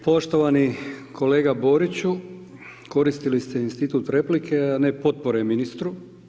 Poštovani kolega Boriću, koristili ste institut replike a ne potpore ministru.